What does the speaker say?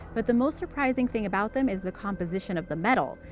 but the most surprising thing about them is the composition of the metal.